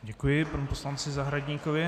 Děkuji panu poslanci Zahradníkovi.